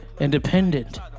independent